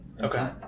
Okay